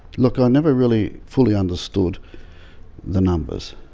look i never really fully understood the numbers